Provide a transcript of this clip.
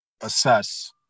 assess